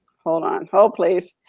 hold on, hold please.